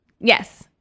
yes